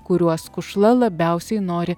kuriuos kušla labiausiai nori